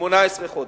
18 חודשים.